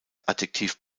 adjektiv